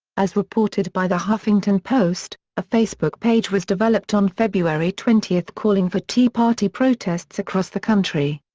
as reported by the huffington post, a facebook page was developed on february twenty calling for tea party protests across the country.